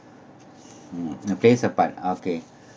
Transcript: hmm and plays a but okay